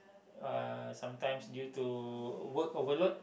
uh sometimes due to work overload